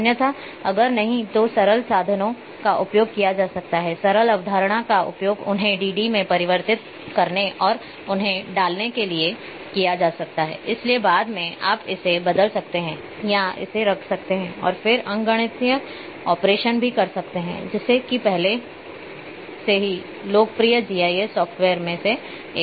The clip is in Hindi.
अन्यथा अगर नहीं तो सरल साधनों का उपयोग किया जा सकता है सरल अवधारणा का उपयोग उन्हें डी डी में परिवर्तित करने और उन्हें डालने के लिए किया जा सकता है इसलिए बाद में आप इसे बदल सकते हैं या इसे रख सकते हैं और फिर अंकगणितीय ऑपरेशन भी कर सकते हैं जैसे कि पहले से ही लोकप्रिय जीआईएस सॉफ्टवेयर्स में से एक